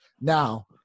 now